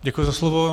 Děkuji za slovo.